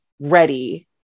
ready